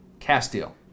Castile